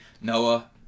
Noah